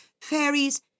Fairies